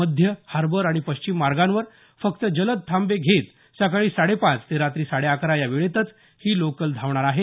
मध्य हार्बर आणि पश्चिम मार्गांवर फक्त जलद थांबे घेत सकाळी साडेपाच ते रात्री साडे अकरा या वेळेत ही लोकल धावणार आहे